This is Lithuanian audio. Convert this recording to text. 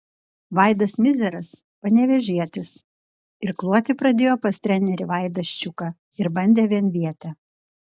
vaidas mizeras panevėžietis irkluoti pradėjo pas trenerį vaidą ščiuką ir bandė vienvietę